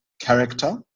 character